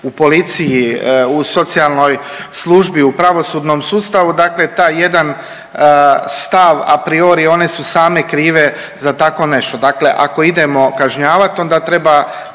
u policiji, u socijalnoj službi, u pravosudnom sustavu. Dakle, taj jedan stav a priori one su same krive za takvo nešto. Dakle, ako idemo kažnjavati onda treba